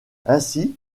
ainsi